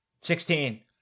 Sixteen